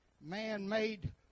man-made